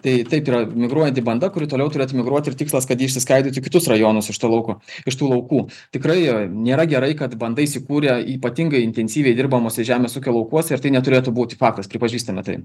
tai taip yra migruojanti banda kuri toliau turėtų migruoti ir tikslas kad ji išsiskaidytų į kitus rajonus iš to lauko iš tų laukų tikrai nėra gerai kad banda įsikūrė ypatingai intensyviai dirbamuose žemės ūkio laukuose ir tai neturėtų būti faktas pripažįstame tai